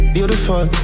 Beautiful